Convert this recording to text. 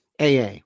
AA